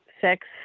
sex